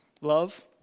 love